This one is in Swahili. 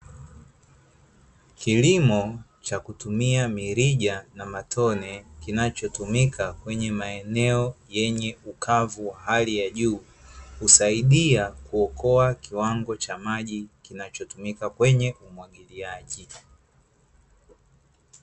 Kilimo cha kutumia mirija ya matone, kinachotumika kwenye maeneo yenye ukavu wa hali ya juu, husaidia kuokoa kiwango cha maji kinachotumika kwenye umwagiliaji.